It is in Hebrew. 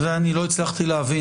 את זה אני לא הצלחתי להבין.